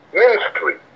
ministry